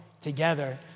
together